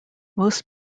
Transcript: most